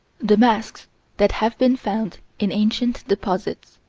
the masks that have been found in ancient deposits.